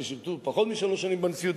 ששירתו פחות משלוש שנים בנשיאות,